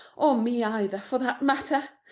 or me either, for that matter.